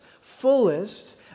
fullest